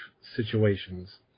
situations